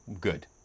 Good